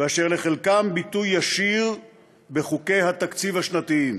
ואשר לחלקם יש ביטוי ישיר בחוקי התקציב השנתיים.